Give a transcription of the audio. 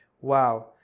Wow